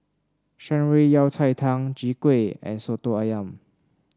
Shan Rui Yao Cai Tang Chwee Kueh and soto ayam